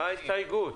מה ההסתייגות?